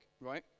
right